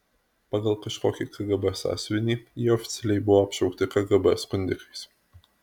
pagal kažkokį kgb sąsiuvinį jie oficialiai buvo apšaukti kgb skundikais